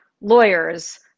lawyers